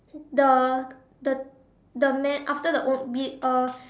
the the the man after the old be~ uh